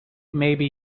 maybe